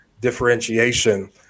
differentiation